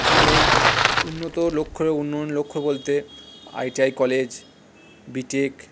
এখন এই উন্নত লক্ষ্য উন্নয়ন লক্ষ্য বলতে I T I college B Tech